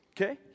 Okay